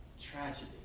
tragedy